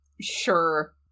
Sure